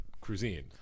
cuisine